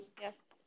Yes